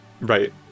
Right